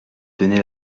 tenait